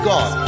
God